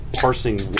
parsing